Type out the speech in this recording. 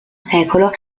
secolo